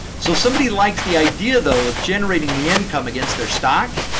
so somebody likes the idea, though, of generating the income against their stock,